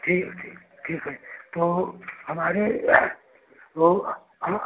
जी ठीक है तो हमारे वो हम